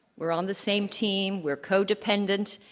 we're on the same team. we're co-dependent.